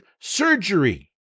surgery